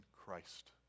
Christ